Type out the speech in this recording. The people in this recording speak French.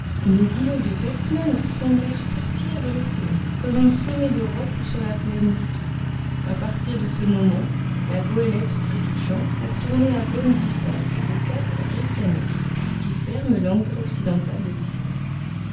les îlots de westman semblèrent sortir de l'océan comme une semée de rocs sur la plaine liquide a partir de ce moment la goélette prit du champ pour tourner à bonne distance le cap reykjaness qui ferme l'angle occidental de l'islande